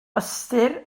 ystyr